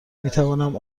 میتوانم